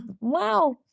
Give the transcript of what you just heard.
Wow